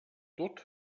dort